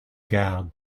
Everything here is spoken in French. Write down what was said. garde